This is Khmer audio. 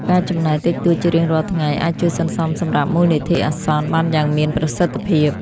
ការចំណាយតិចតួចជារៀងរាល់ថ្ងៃអាចជួយសន្សំសម្រាប់មូលនិធិអាសន្នបានយ៉ាងមានប្រសិទ្ធភាព។